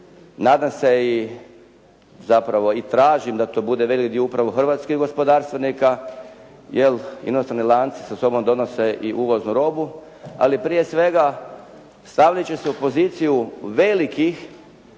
zapravo i tražim da to bude veliki dio upravo hrvatskih gospodarstvenika jer inozemni lanci sa sobom donose i uvoznu robu, ali prije svega stavljajući se u poziciju velikih